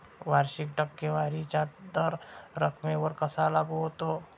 वार्षिक टक्केवारीचा दर रकमेवर कसा लागू होतो?